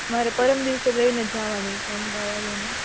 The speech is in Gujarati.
મારે પરમ દિવસે લઈને જાવાની છે અમદાવાદ એને